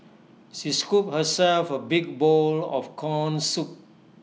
she scooped herself A big bowl of Corn Soup